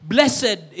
Blessed